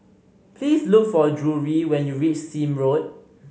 please look for Drury when you reach Sime Road